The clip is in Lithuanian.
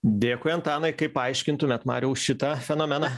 dėkui antanai kaip paaiškintumėt mariau šitą fenomeną